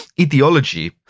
ideology